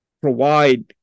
provide